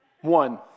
One